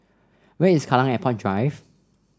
where is Kallang Airport Drive